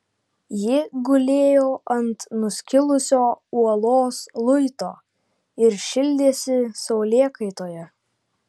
ji gulėjo ant nuskilusio uolos luito ir šildėsi saulėkaitoje